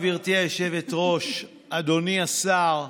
גברתי היושבת-ראש, אדוני השר,